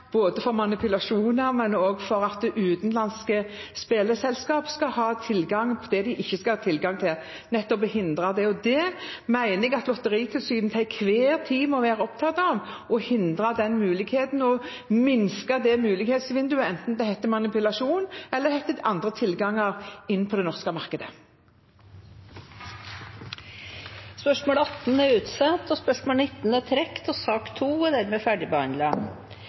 utenlandske spillselskaper får tilgang til det de ikke skal ha tilgang til. Jeg mener Lotteritilsynet til enhver tid må være opptatt av å hindre den muligheten og minske det mulighetsvinduet, enten det heter manipulasjon eller andre tilganger til det norske markedet. Dette spørsmålet er utsatt til neste spørretime. Dette spørsmålet er trukket tilbake. Sak nr. 2 er dermed